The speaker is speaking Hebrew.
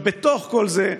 בתוך כל זה,